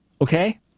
okay